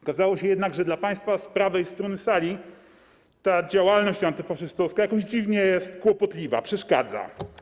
Okazało się jednak, że dla państwa z prawej strony sali ta działalność antyfaszystowska jakoś dziwnie jest kłopotliwa, przeszkadza.